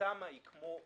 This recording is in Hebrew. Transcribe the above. שהתמ"א היא כמו חוק,